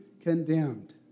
condemned